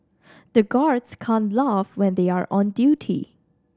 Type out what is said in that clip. the guards can't laugh when they are on duty